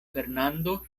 fernando